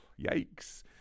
Yikes